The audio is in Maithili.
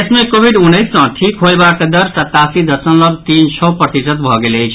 देश मे कोविड उन्नैस सँ ठीक होयबाक दर सतासी दशमलव तीन छओ प्रतिशत भऽ गेल अछि